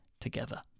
together